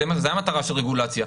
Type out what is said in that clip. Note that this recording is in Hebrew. זו המטרה של רגולציה,